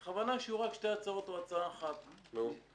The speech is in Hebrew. בכוונה, כדי שיהיו רק שתי הצעות או הצעה אחת, מכל